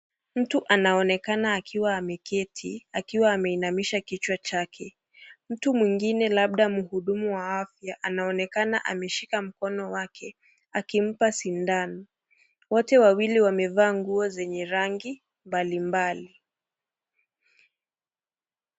Mtu anaonekana akiwa ameketi akiwa ameinamisha kichwa chake mtu mwingine labda mhudumu wa afya anaonekana ameshika mkono wake akimpa sindano, wote wawili wamevaa nguo zenye rangi mbali mbali.